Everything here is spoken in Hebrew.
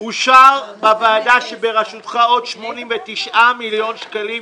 אושר בוועדה שבראשותך עוד 89 מיליון שקלים,